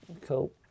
Cool